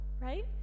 right